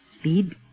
Speed